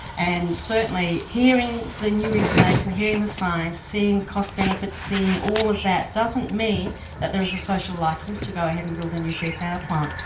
and certainly hearing the new information, hearing the science, seeing the cost benefits, seeing all of that doesn't mean that there is a social licence to go ahead and build a nuclear power plant.